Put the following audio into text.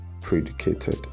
predicated